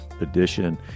Edition